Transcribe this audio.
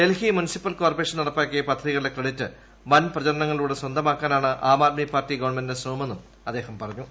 Delhi municipal corporation നടപ്പാക്കിയ പദ്ധതികളുടെ credit വൻ പ്രചാരണങ്ങളിലൂടെ സ്വന്തമാക്കാനാണ് ആം ആദ്മി പാർട്ടി ഗവൺമെന്റിന്റെ ശ്രമമെന്നും അദ്ദേഹം പറഞ്ഞു